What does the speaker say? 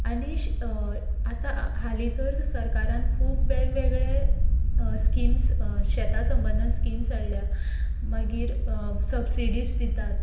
आनी आतां हालीं तर सरकारान खूब वेग वेगळे स्किम्स शेता संबंदान स्किम्स काडल्या मागीर सबसिडीज दितात